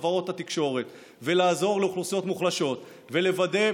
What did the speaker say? חברות התקשורת ולעזור לאוכלוסיות מוחלשות ולוודא,